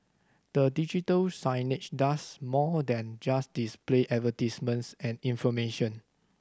the digital signage does more than just display advertisements and information